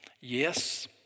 Yes